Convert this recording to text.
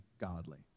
godly